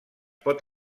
pot